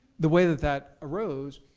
the way that that arose,